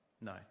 No